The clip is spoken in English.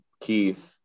Keith